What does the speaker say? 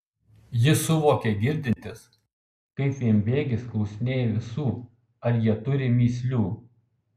jis suvokė girdintis kaip vienbėgis klausinėja visų ar jie turi mįslių